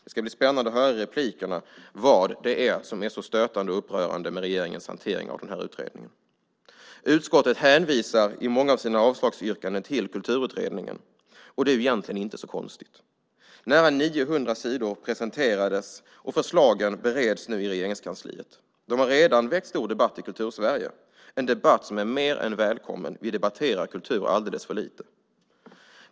Det ska bli spännande att höra i replikerna vad det är som är så stötande och upprörande med regeringens hantering av den här utredningen. Utskottet hänvisar i många av sina avslagsyrkanden till Kulturutredningen, och det är egentligen inte så konstigt. Nära 900 sidor presenterades, och förslagen bereds nu i Regeringskansliet. De har redan väckt stor debatt i Kultursverige, en debatt som är mer än välkommen. Vi debatterar kultur alldeles för lite.